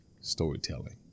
storytelling